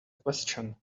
question